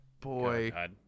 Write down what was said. Boy